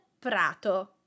prato